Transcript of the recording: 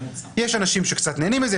יש אנשים שקצת נהנים מזה,